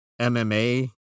MMA